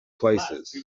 places